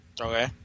Okay